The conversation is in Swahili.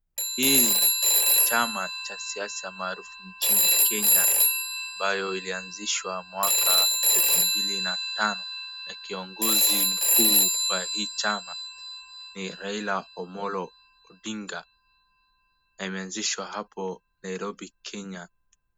Hii ni chama cha siasa maarufu nchini Kenya ambayo ilianzishwa mwaka elfu mbili na tano, na kiongozi mkuu wa hii chama ni Raila Omollo Odinga na imeanzishwa hapo Nairobi Kenya.